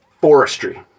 forestry